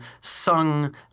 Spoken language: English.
sung